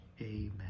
Amen